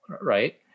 right